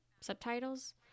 subtitles